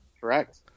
Correct